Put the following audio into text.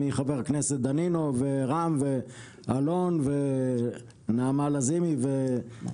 מחבר הכנסת דנינו ורם ואלון ונעמה לזימי ומטי,